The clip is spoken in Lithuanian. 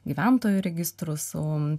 gyventojų registru su